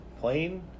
plane